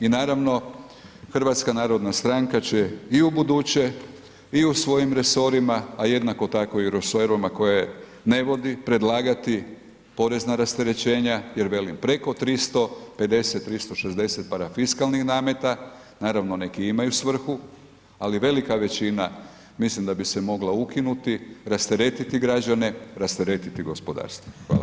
I naravno, HNS će i ubuduće i u svojim resorima a jednako tako i resorima koje ne vodi, predlagati porezna rasterećenja jer velim, preko 350, 360 parafiskalnih nameta, naravno neki imaju svrhu, ali velika većina mislim da bi se mogla ukinuti, rasteretiti građane, rasteretiti gospodarstvo, hvala.